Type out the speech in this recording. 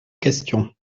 questions